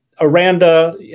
Aranda